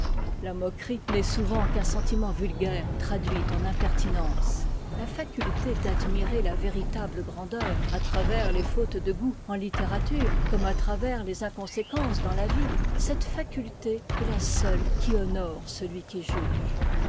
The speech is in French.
la moquerie n'est souvent qu'un sentiment vulgaire traduit en impertinence la facutté d'admirer la véritable grandeur à travers les fautes de goût en littérature comme à travers les inconséquences dans la vie cette faculté est la seule qui honore celui qui juge